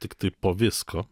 tiktai po visko